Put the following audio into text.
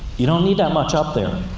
you don't need that much up there.